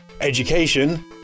Education